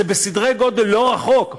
וזה בסדרי גודל לא רחוק,